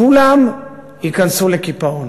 כולם ייכנסו לקיפאון